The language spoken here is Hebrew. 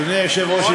אדוני היושב-ראש,